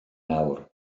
nawr